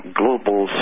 global